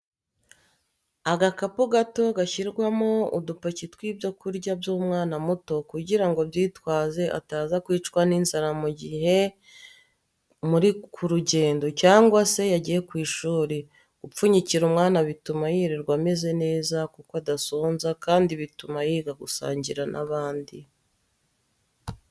Agakapu gato gashyirwamo udupaki tw'ibyo kurya by'umwana muto kugirango abyitwaze ataza kwicwa n'inzara mu gihe muri ku rugendo cyangwa se yagiye ku ishuri, gupfunyikira umwana bituma yirirwa amerewe neza kuko adasonza kandi bituma yiga gusangira n'abandi.